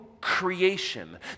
creation